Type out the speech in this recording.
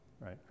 right